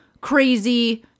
crazy